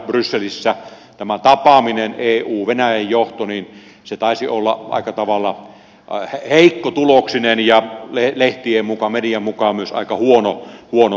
brysselissä tämä eun ja venäjän johdon tapaaminen taisi olla aika tavalla heikkotuloksinen ja lehtien mukaan median mukaan myös aika huonohenkinen